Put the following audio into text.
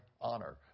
honor